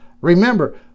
Remember